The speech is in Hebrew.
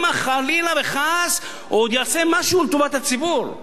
שמא חלילה וחס הוא עוד יעשה משהו לטובת הציבור.